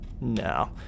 no